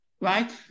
right